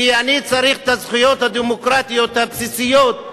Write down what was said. כי אני צריך את הזכויות הדמוקרטיות הבסיסיות,